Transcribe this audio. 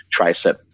tricep